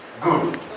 Good